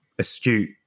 astute